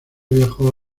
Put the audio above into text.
viajó